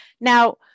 now